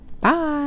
Bye